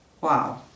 Wow